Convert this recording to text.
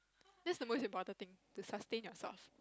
thats the most important thing to sustain yourself